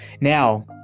Now